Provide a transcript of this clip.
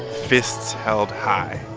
fists held high